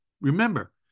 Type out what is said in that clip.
Remember